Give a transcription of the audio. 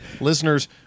Listeners